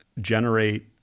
generate